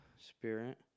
spirit